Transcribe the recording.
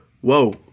Whoa